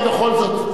אבל בכל זאת,